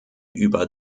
über